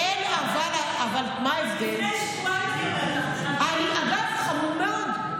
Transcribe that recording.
הינה, לפני שבועיים, אגב, חמור מאוד.